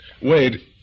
Wade